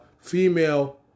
female